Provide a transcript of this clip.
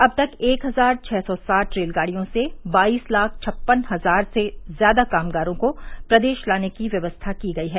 अब तक एक हजार छः सौ साठ रेलगाड़ियों से बाईस लाख छप्पन हजार से ज्यादा कामगारों को प्रदेश लाने की व्यवस्था की गई है